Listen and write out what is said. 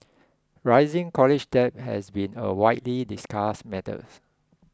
rising college debt has been a widely discussed matters